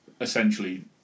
essentially